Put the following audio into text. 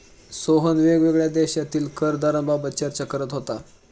सोहन वेगवेगळ्या देशांतील कर दराबाबत चर्चा करत होता